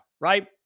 right